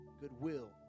Goodwill